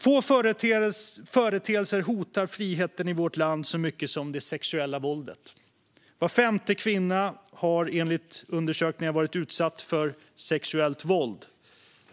Få företeelser hotar friheten i vårt land så mycket som det sexuella våldet. Var femte kvinna har enligt undersökningar varit utsatt för sexuellt våld.